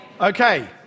Okay